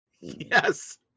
yes